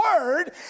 word